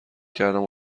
کردم